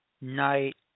night